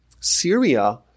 Syria